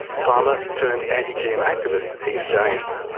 farmer turned anti-gm um activist, ian james.